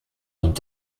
und